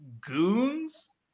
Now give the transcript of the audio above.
goons